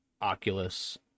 Oculus